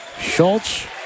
Schultz